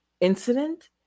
incident